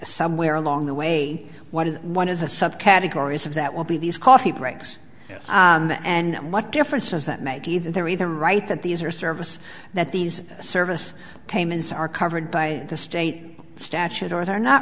somewhere along the way what is one of the subcategories of that will be these coffee breaks and what difference does that make either they're either right that these are service that these service payments are covered by the state statute or they're not